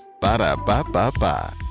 Ba-da-ba-ba-ba